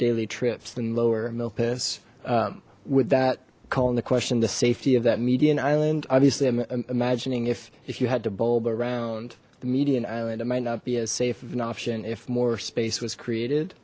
daily trips than lower milpas would that call in the question the safety of that median island obviously i'm imagining if if you had to bulb around the median island it might not be as safe of an option if more space was created